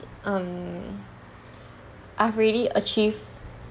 um I've already achieved